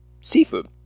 seafood